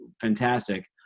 fantastic